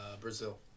Brazil